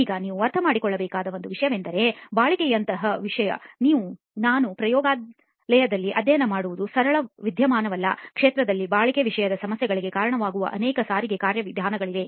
ಈಗ ನೀವು ಅರ್ಥಮಾಡಿಕೊಳ್ಳಬೇಕಾದ ಒಂದು ವಿಷಯವೆಂದರೆ ಬಾಳಿಕೆಯಂತ ವಿಷಯ ನಾವು ಪ್ರಯೋಗಾಲಯದಲ್ಲಿ ಅಧ್ಯಯನ ಮಾಡಿವದು ಸರಳ ವಿದ್ಯಮಾನವಲ್ಲ ಕ್ಷೇತ್ರದಲ್ಲಿ ಬಾಳಿಕೆ ವಿಷಯದ ಸಮಸ್ಯೆಗಳಿಗೆ ಕಾರಣವಾಗುವ ಅನೇಕ ಸಾರಿಗೆ ಕಾರ್ಯವಿಧಾನಗಳಿವೆ